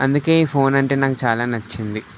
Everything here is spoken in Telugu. అందుకే ఈ ఫోన్ అంటే నాకు చాలా నచ్చింది